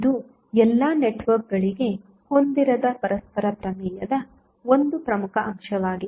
ಇದು ಎಲ್ಲಾ ನೆಟ್ವರ್ಕ್ಗಳಿಗೆ ಹೊಂದಿರದ ಪರಸ್ಪರ ಪ್ರಮೇಯದ ಒಂದು ಪ್ರಮುಖ ಅಂಶವಾಗಿದೆ